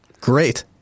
Great